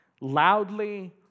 loudly